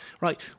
right